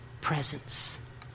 presence